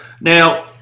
Now